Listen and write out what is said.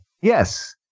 Yes